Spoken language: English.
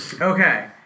Okay